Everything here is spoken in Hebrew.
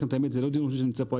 זה לא דיון ראשון שאני נמצא פה,